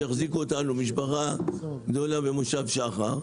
שיחזיקו אותנו משפחה גדולה במושב שחר,